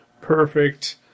perfect